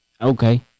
okay